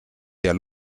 der